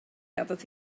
gafodd